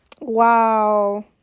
wow